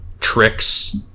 tricks